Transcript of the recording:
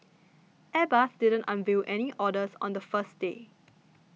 Airbus didn't unveil any orders on the first day